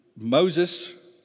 Moses